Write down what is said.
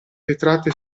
vetrate